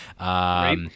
Right